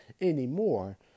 anymore